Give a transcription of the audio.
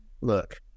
look